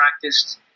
practiced